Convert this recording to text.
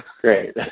Great